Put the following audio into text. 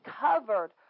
covered